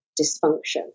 dysfunction